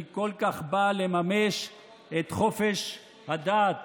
היא כל כך באה לממש את חופש הדת,